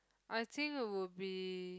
I think would be